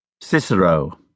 Cicero